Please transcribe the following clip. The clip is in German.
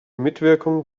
mitwirkung